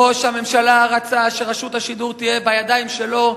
ראש הממשלה רצה שרשות השידור תהיה בידיים שלו,